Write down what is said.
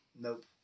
Nope